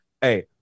hey